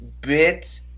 bit